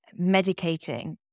medicating